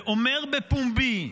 ואומר בפומבי,